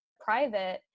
private